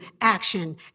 action